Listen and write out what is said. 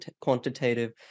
quantitative